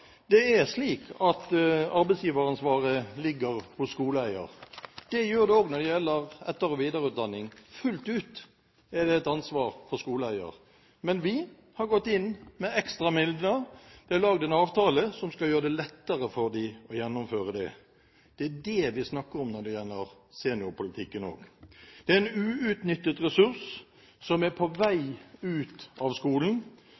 Det er slik at arbeidsgiveransvaret ligger på skoleeier. Det gjør det også når det gjelder etter- og videreutdanning – fullt ut er det et ansvar på skoleeier. Men vi har gått inn med ekstramidler. Vi har laget en avtale som skal gjøre det lettere for dem å gjennomføre det. Det er det vi snakker om når det gjelder seniorpolitikken også. Det er en uutnyttet ressurs som er på vei ut av skolen.